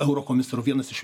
eurokomisaru vienas iš